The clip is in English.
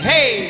Hey